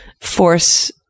force